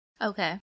Okay